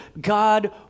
God